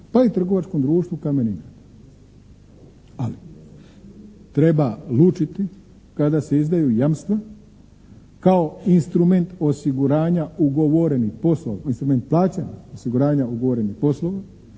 pa i trgovačkom društvu «Kamen Ingrad». Ali treba lučiti kada se izdaju jamstva kao instrument osiguranja ugovorenih poslova,